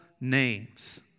names